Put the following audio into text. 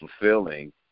fulfilling